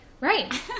Right